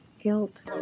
Guilt